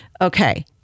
Okay